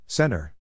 Center